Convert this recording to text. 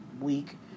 week